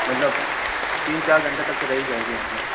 मतलब तीन चार घंटे तक तो रह ही जाएगी मतलब